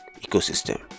ecosystem